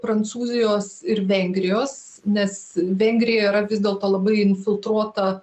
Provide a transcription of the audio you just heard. prancūzijos ir vengrijos nes vengrija yra vis dėlto labai infiltruota